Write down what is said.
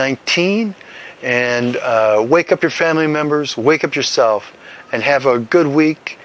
nineteen and wake up to family members wake up yourself and have a good week